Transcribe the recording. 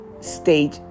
stage